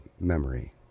memory